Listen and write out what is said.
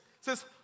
says